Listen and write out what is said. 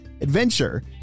adventure